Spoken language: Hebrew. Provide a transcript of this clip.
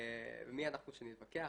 מי אנחנו שנתווכח,